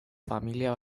familia